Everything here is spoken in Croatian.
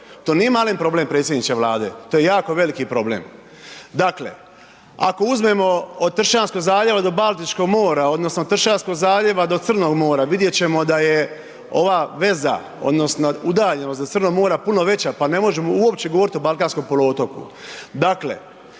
To nije malen problem predsjedniče Vlade, to je jako veliki problem. Dakle, ako uzmemo od Tršćanskog zaljeva do Baltičkog mora odnosno Tršćanskog zaljeva do Crnog mora vidjet ćemo da je ova veza odnosno udaljenost do Crnog mora puno veća pa ne možemo uopće govoriti o balkanskom poluotoku. Dakle,